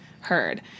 heard